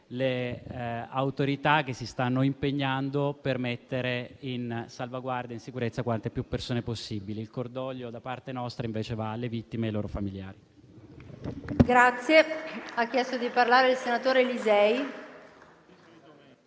le autorità che si stanno impegnando per mettere in sicurezza quante più persone possibili. Il cordoglio da parte nostra, invece, va alle vittime e ai loro familiari.